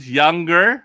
younger